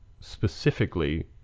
specifically